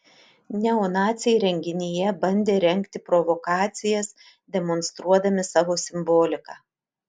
neonaciai renginyje bandė rengti provokacijas demonstruodami savo simboliką